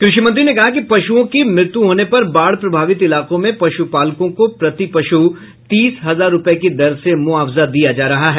कृषि मंत्री ने कहा कि पशुओं की मृत्यु होने पर बाढ प्रभावित इलाकों में पशुपालकों को प्रति पशु तीस हजार रुपये की दर से मुआवजा दिया जा रहा है